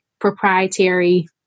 proprietary